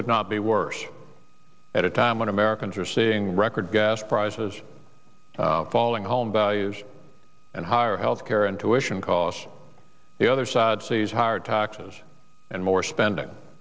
could not be worse at a time when americans are seeing record gas prices falling home values and higher health care intuition caution the other side sees higher taxes and more spending